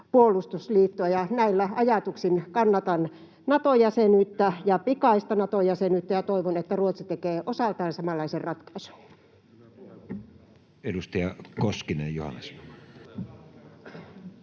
puolustusliittoa. Näillä ajatuksilla kannatan Nato-jäsenyyttä ja pikaista Nato-jäsenyyttä, ja toivon, että Ruotsi tekee osaltaan samanlaisen ratkaisun.